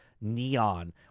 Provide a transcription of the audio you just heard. Neon